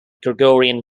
gregorian